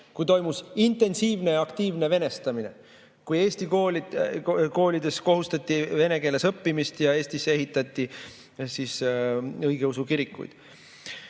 kui toimus intensiivne ja aktiivne venestamine, Eesti koolides kohustati vene keeles õppima ja Eestisse ehitati õigeusu kirikuid.